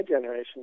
generation